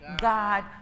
God